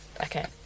Okay